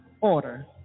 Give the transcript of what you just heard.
order